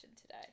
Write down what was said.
today